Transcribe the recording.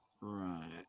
Right